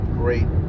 great